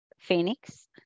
Phoenix